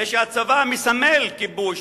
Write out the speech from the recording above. הרי הצבא מסמל כיבוש,